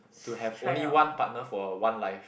to have only one partner for one life